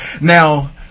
Now